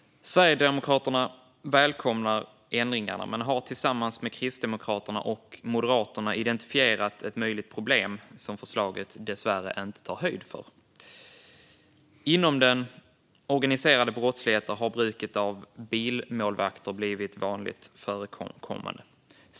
Sverigedemokraterna välkomnar ändringarna men har tillsammans med Kristdemokraterna och Moderaterna identifierat ett möjligt problem som förslaget dessvärre inte tar höjd för. Inom den organiserade brottsligheten har bruket av bilmålvakter blivit vanligt förekommande.